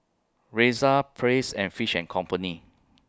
Razer Praise and Fish and Company